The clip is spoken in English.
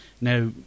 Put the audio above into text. Now